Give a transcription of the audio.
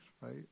right